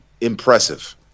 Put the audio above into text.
impressive